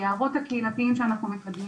היערות הקהילתיים שאנחנו מקדמים.